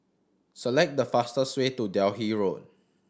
select the fastest way to Delhi Road